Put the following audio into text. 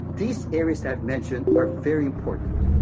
these areas i've mentioned are very important,